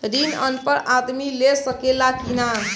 ऋण अनपढ़ आदमी ले सके ला की नाहीं?